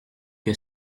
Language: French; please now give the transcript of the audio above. que